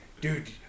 Dude